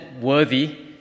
worthy